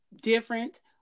different